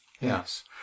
Yes